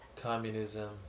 communism